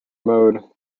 mode